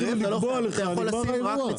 רבע, לא אבל אני מחויב רבע, אני לא מחויב לרבע?